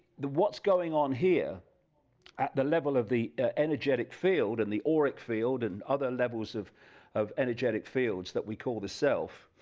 the what's going on here at the level of the energetic field and the auric field and other levels of of energetic fields that we call the self,